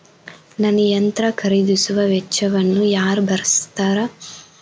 ನನ್ನ ಯಂತ್ರ ಖರೇದಿಸುವ ವೆಚ್ಚವನ್ನು ಯಾರ ಭರ್ಸತಾರ್?